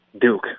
Duke